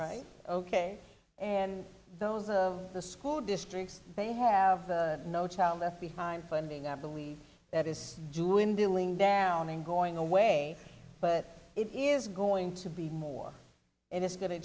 right ok and those of the school districts they have no child left behind funding i believe that is due in dealing down and going away but it is going to be more and it's going to